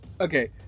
okay